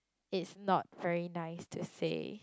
it's not very nice to say